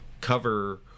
cover